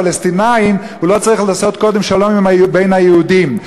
הפלסטינים הוא לא צריך לעשות קודם שלום בין היהודים,